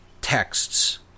texts